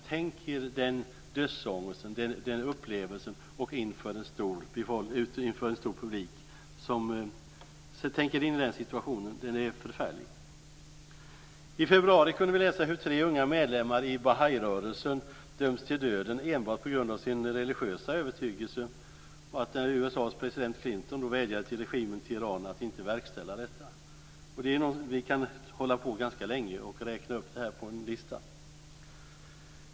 Tänk er upplevelsen av dödsångest inför en stor publik. Tänk er in i den situationen! Den är förfärlig. I februari kunde vi läsa hur tre unga medlemmar i Bahairörelsen dömts till döden enbart på grund av sin religiösa övertygelse och att USA:s president Clinton vädjar till regimen i Iran att inte verkställa domen. Man kan hålla på ganska länge med att räkna upp en lång lista.